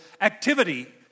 activity